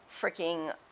freaking